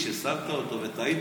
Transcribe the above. כששמת אותו וטעית,